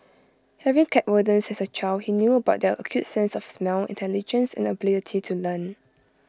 having kept rodents as A child he knew about their acute sense of smell intelligence and ability to learn